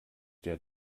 der